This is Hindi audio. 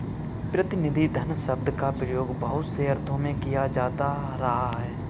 प्रतिनिधि धन शब्द का प्रयोग बहुत से अर्थों में किया जाता रहा है